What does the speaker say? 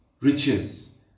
Riches